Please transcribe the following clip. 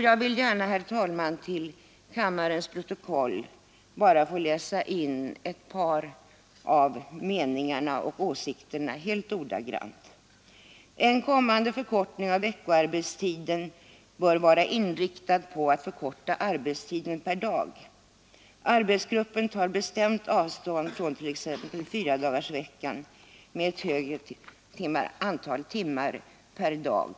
Jag vill gärna, herr talman, till kammarens protokoll bara få läsa in ett par av meningarna och åsikterna helt ordagrant: ”En kommande förkortning av veckoarbetstiden bör vara inriktad på att förkorta arbetstiden per dag. Arbetsgruppen tar bestämt avstånd från t.ex. 4-dagarsveckan med ett högre antal timmar per dag.